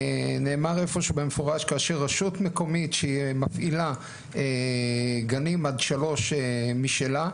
נאמר איפה שבמפורש כאשר רשות מקומית שהיא מפעילה גנים עד שלוש משלה,